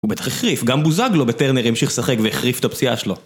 הוא בטח החריף, גם בוזגלו בטרנר ימשיך לשחק והחריף את הפציעה שלו